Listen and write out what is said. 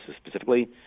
specifically